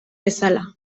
bezala